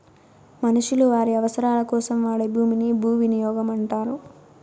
మనుషులు వారి అవసరాలకోసం వాడే భూమిని భూవినియోగం అంటారు